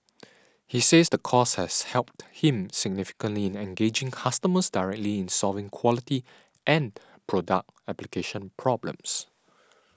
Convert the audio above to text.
he says the course has helped him significantly in engaging customers directly in solving quality and product application problems